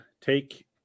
take